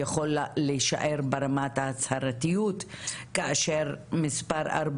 יכול להישאר ברמת ההצהרתיות כאשר מספר 4